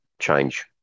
change